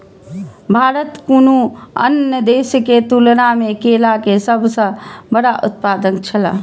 भारत कुनू अन्य देश के तुलना में केला के सब सॉ बड़ा उत्पादक छला